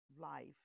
life